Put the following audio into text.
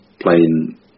playing